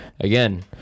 again